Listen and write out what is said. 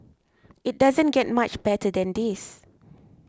it doesn't get much better than this